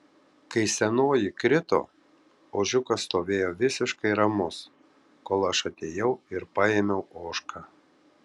kai senoji krito ožiukas stovėjo visiškai ramus kol aš atėjau ir paėmiau ožką